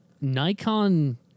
Nikon